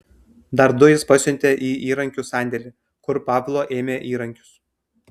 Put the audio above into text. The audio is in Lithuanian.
dar du jis pasiuntė į įrankių sandėlį kur pavlo ėmė įrankius